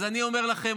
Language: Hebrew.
אז אני אומר לכם,